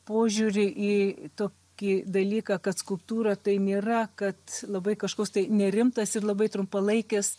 požiūrį į tokį dalyką kad skulptūra tai nėra kad labai kažkoks tai nerimtas ir labai trumpalaikis